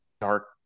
dark